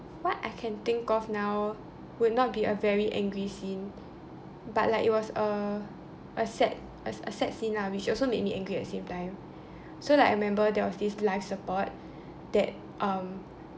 what I can think of now would not be a very angry scene but like it was a a sad a sad scene lah which make me angry at the same time so like I remember that there was this life support that um